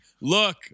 look